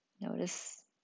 Notice